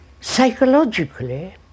psychologically